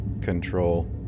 control